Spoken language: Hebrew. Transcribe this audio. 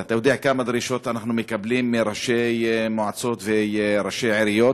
ואתה יודע כמה דרישות אנחנו מקבלים מראשי מועצות וראשי עיריות.